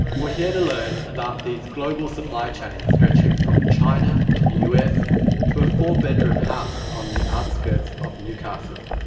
we're here to learn about these global supply chains stretching from china to the us to a four-bedroom house on the outskirts of newcastle.